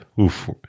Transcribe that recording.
Oof